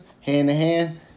hand-to-hand